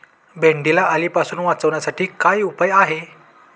भेंडीला अळीपासून वाचवण्यासाठी काय उपाय आहे?